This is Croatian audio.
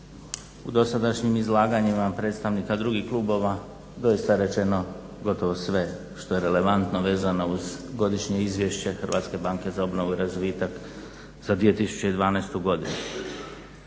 U dosadašnjim izlaganjima predstavnika drugih klubova doista je rečeno gotovo sve što je relevantno vezano uz Godišnje izvješće HBOR-a za 2012. godinu.